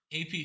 AP